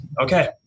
okay